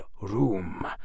Room